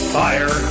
fire